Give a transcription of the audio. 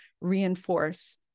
reinforce